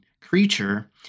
creature